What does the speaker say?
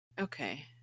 Okay